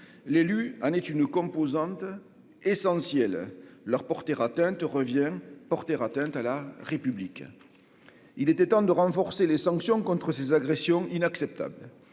l'élu Anne est une composante essentielle leur porter atteinte revient porter atteinte à la République, il était temps de renforcer les sanctions contre ces agressions inacceptables